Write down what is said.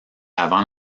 avant